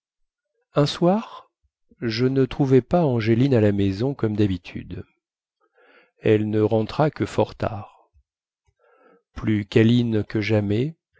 un soir je ne trouvai pas angéline à la maison comme dhabitude elle ne rentra que fort tard plus câline que jamais